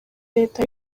leta